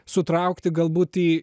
sutraukti galbūt į